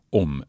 om